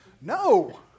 No